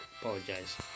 apologize